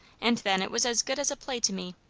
and then it was as good as a play to me.